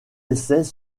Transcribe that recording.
essais